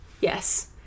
Yes